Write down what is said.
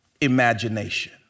imagination